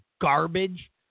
garbage